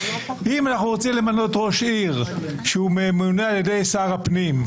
אם אנחנו רוצים למנות ראש עיר שממונה על ידי שר הפנים,